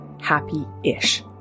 happy-ish